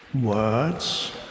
words